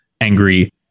angry